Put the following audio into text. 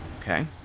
Okay